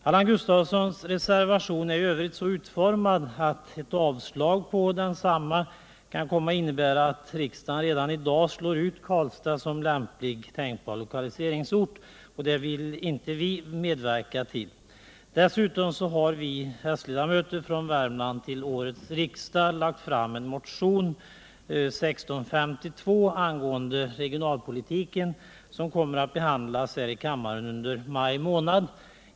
Allan Gustafssons reservation är i övrigt så utformad att ett avslag på densamma kan komma att innebära att riksdagen redan i dag slår ut Karlstad som lämplig tänkbar lokaliseringsort, och det vill vi inte medverka till. Dessutom har vi s-ledamöter från Värmland till årets riksdag väckt en motion, 1977/78:1652 om regionalpolitiken, som kommer att behandlas här i kammaren under maj månad.